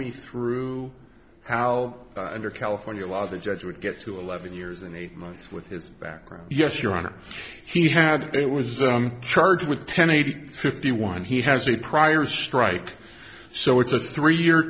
me through how your california law the judge would get to eleven years and eight months with his background yes your honor he had it was charged with ten eight fifty one he has a prior strike so it's a three year